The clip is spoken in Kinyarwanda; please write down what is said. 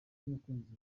umukunzi